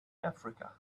africa